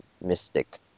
mystic